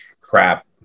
crap